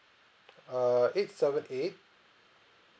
err eight seven eight